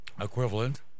equivalent